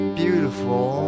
beautiful